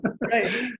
Right